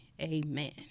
Amen